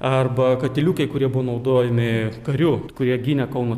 arba katiliukai kurie buvo naudojami karių kurie gynė kauno